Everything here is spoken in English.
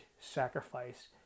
sacrifice